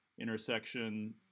intersection